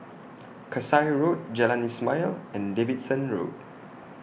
Kasai Road Jalan Ismail and Davidson Road